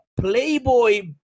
Playboy